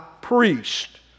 priest